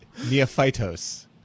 Neophytos